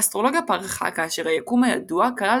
האסטרולוגיה פרחה כאשר היקום הידוע כלל